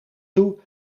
toe